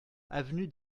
avenue